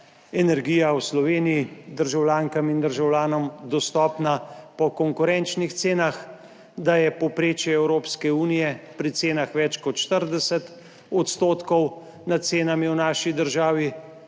energija v Sloveniji državljankam in državljanom dostopna po konkurenčnih cenah, da je povprečje Evropske unije pri cenah več kot 40 odstotkov nad cenami v naši državi,